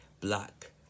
Black